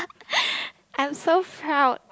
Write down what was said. I'm so proud